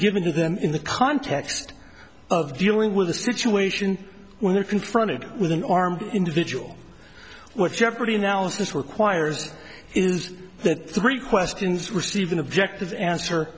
given to them in the context of dealing with a situation when they're confronted with an armed individual with jeopardy analysis requires is that three questions received an objective answer